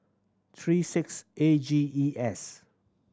three six A G E S